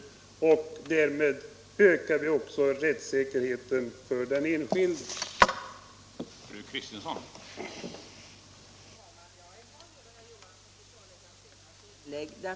Därmed ökar vi också rättssäkerheten för den enskilde. het i förvaltningen